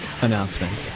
announcement